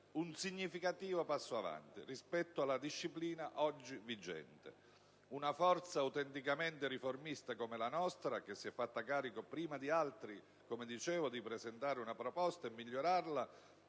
un significativo passo avanti rispetto alla disciplina oggi vigente. Una forza autenticamente riformista come la nostra, che si è fatta carico prima di altri di presentare una proposta e di migliorarla,